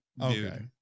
okay